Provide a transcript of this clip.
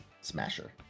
Smasher